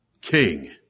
King